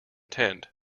tent